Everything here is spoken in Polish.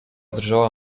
drżała